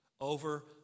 over